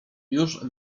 już